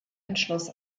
entschluss